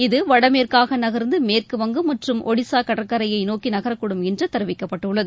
இது வடமேற்காக நகர்ந்து மேற்கு வங்கம் மற்றும் ஒடிசா கடற்கரையை நோக்கி நகரக்கூடும் என்று தெரிவிக்கப்பட்டுள்ளது